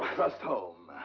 thrust home!